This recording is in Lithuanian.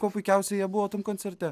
kuo puikiausiai jie buvo tam koncerte